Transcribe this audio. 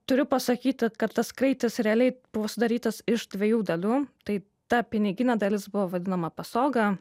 turiu pasakyti kad tas kraitis realiai buvo sudarytas iš dviejų dalių tai ta piniginė dalis buvo vadinama pasoga